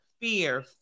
fear